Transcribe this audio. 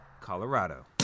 Colorado